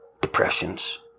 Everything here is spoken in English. depressions